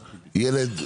ילד,